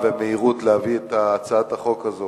ונסדיר את כל הדברים.